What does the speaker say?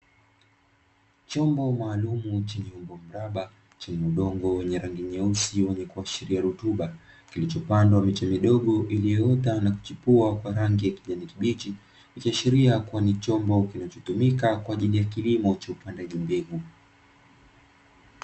Chombo maalumu chenye umbo mraba, chenye udongo wenye rangi nyeusi wenye kuashiria rutuba, kilichopandwa miche midogo iliyoota na kuchipua kwa rangi ya kijani kibichi, ikiashiria kuwa ni chombo kinachotumika kwa ajili ya kilimo cha upandaji mbegu.